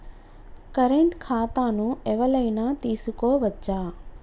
Current ఖాతాను ఎవలైనా తీసుకోవచ్చా?